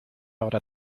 ahora